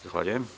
Zahvaljujem.